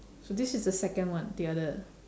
so this is the second one the other